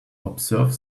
observe